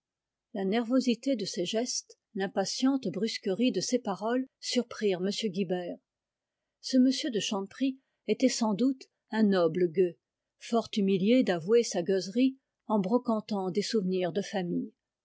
la nervosité de ses gestes l'impatiente brusquerie de ses paroles surprirent m guibert ce m de chanteprie était sans doute un noble gueux fort humilié d'avouer sa gueuserie en brocantant des souvenirs de famille